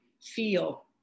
feel